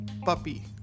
puppy